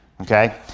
Okay